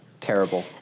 Terrible